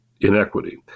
inequity